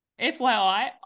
FYI